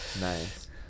Nice